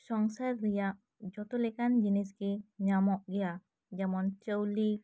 ᱥᱚᱝᱥᱟᱨ ᱨᱮᱭᱟᱜ ᱡᱚᱛᱚ ᱞᱮᱠᱟᱱ ᱡᱤᱱᱤᱥᱜᱤ ᱧᱟᱢᱚᱜ ᱜᱮᱭᱟ ᱡᱮᱢᱚᱱ ᱪᱟᱹᱣᱞᱤ